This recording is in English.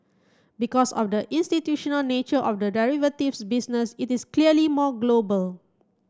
because of the institutional nature of the derivatives business it is clearly more global